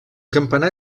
campanar